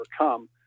overcome